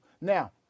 Now